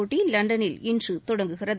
போட்டி லண்டனில் இன்று தொடங்குகிறது